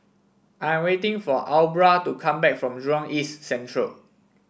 I'm waiting for Aubra to come back from Jurong East Central